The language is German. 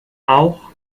auch